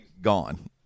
gone